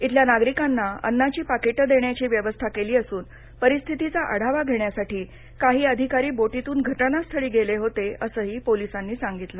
तिथल्या नागरिकांना अन्नाची पाकीट देण्याची व्यवस्था केली असून परिस्थितीचा आढावा घेण्यासाठी काही अधिकारी बोटीतून घटनास्थळी गेले होते असंही पोलिसांनी सांगितलं